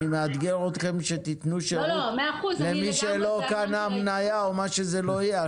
אני מאתגר אתכם שתיתנו שירות למי שלא קנה מניה או מה שזה לא יהיה,